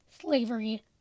slavery